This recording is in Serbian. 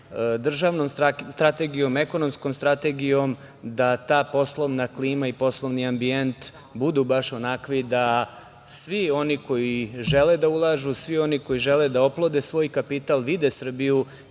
držanom strategijom, ekonomskom strategijom da ta poslovna klima i poslovni ambijent budu baš onakvi da svi oni koji žele da ulažu, svi oni koji žele da oplode svoj kapital vide Srbiju